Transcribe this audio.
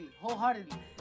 wholeheartedly